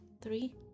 Three